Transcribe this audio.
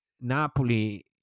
Napoli